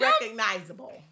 recognizable